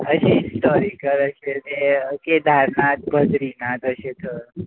अशें हिस्टोरिकल अशें तें केदारनाथ बदरीनाथ अशें थंय